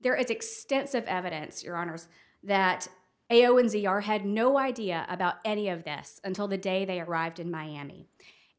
there is extensive evidence your honour's that a o in z r had no idea about any of this until the day they arrived in miami